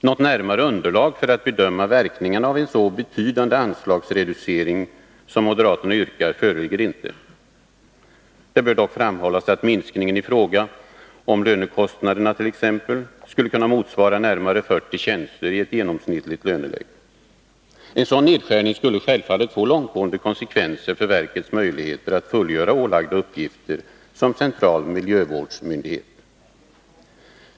Något närmare underlag för att bedöma verkningarna av en så betydande anslagsreducering som moderaterna yrkar föreligger inte. Det bör dock framhållas att minskningen i fråga om lönekostnaderna t.ex. skulle motsvara närmare 40 tjänster i genomsnittligt löneläge. En sådan nedskärning skulle självfallet få långtgående konsekvenser för verkets möjligheter att fullgöra ålagda uppgifter som central miljövårdsmyndighet.